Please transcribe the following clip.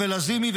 ולזימי,